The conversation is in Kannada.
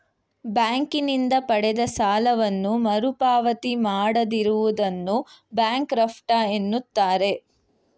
ಬ್ಯಾಂಕಿನಿಂದ ಪಡೆದ ಸಾಲವನ್ನು ಮರುಪಾವತಿ ಮಾಡದಿರುವುದನ್ನು ಬ್ಯಾಂಕ್ರಫ್ಟ ಎನ್ನುತ್ತಾರೆ